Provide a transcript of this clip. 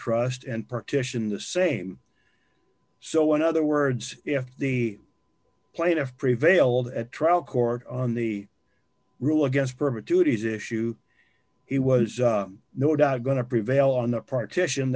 trust and partition the same so in other words if the plaintiff prevailed at trial court on the rule against permit duties issue it was no doubt going to prevail on the partition